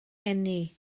eni